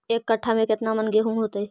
एक कट्ठा में केतना मन गेहूं होतै?